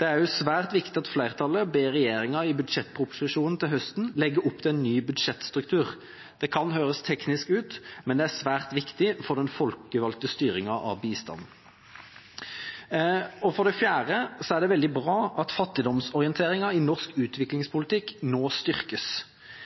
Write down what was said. Det er også svært viktig at flertallet ber regjeringa i budsjettproposisjonen til høsten legge opp til en ny budsjettstruktur. Det kan høres teknisk ut, men det er svært viktig for den folkevalgte styringen av bistanden. For det fjerde er det veldig bra at fattigdomsorienteringen i norsk utviklingspolitikk nå styrkes.